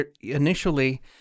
initially